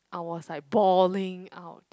I was like balling out